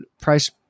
price